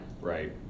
Right